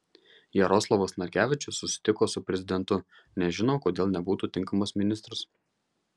jaroslavas narkevičius susitiko su prezidentu nežino kodėl nebūtų tinkamas ministras